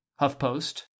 HuffPost